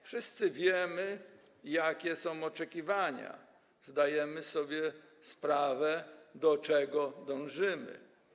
Wszyscy wiemy, jakie są oczekiwania, zdajemy sobie sprawę, do czego dążymy.